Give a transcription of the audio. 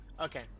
Okay